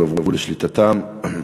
יועברו לשליטתם,